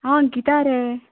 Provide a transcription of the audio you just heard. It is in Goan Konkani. हांव अंकिता रे